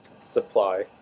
supply